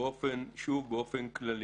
שוב, באופן כללי,